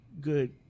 good